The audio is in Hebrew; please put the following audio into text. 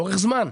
לאורך זמן.